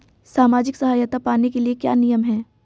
सामाजिक सहायता पाने के लिए क्या नियम हैं?